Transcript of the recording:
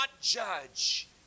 judge